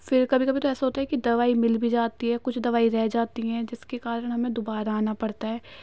پھر کبھی کبھی تو ایسا ہوتا ہے کہ دوائی مل بھی جاتی ہے کچھ دوائی رہ جاتی ہیں جس کے کارن ہمیں دوبارہ آنا پڑتا ہے